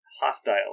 hostile